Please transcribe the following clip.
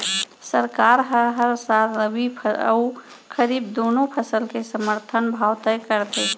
सरकार ह हर साल रबि अउ खरीफ दूनो फसल के समरथन भाव तय करथे